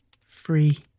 Free